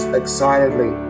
excitedly